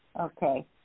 Okay